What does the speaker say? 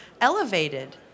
elevated